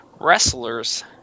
wrestlers